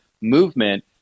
movement